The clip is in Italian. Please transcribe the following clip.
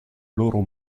loro